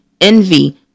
envy